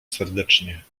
serdecznie